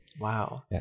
Wow